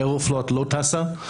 אירופלוט לא טסה.